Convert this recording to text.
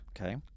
Okay